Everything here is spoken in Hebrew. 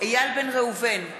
איל בן ראובן,